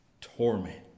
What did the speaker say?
torment